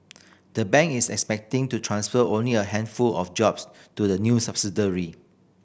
the bank is expecting to transfer only a handful of jobs to the new subsidiary